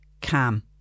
cam